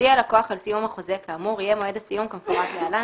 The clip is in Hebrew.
הודיע לקוח על סיום החוזה כאמור יהיה מועד הסיום כמפורט להלן,